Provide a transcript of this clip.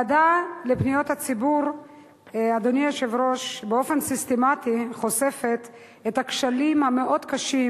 הוועדה לפניות הציבור באופן סיסטמטי חושפת את הכשלים המאוד-קשים